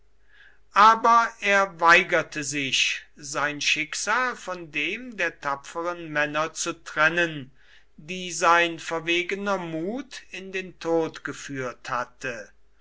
aber er weigerte sich sein schicksal von dem der tapferen männer zu trennen die sein verwegener mut in den tod geführt hatte